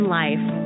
life